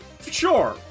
Sure